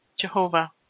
Jehovah